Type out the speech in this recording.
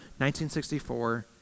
1964